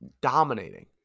dominating